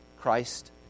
Christ